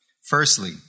Firstly